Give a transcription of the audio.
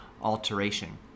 alteration